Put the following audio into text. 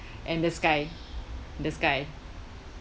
and the sky the sky